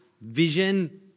vision